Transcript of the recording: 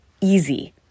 easy